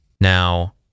Now